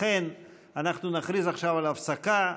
לכן אנחנו נכריז עכשיו על הפסקה.